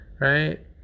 right